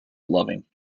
loving